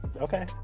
Okay